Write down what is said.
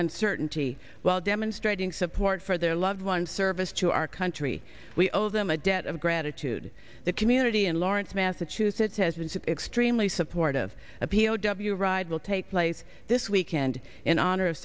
uncertainty while demonstrating support for their loved one service to our country we owe them a debt of gratitude that community and lawrence massachusetts has been so extremely supportive of p o w ride will take place this weekend in honor of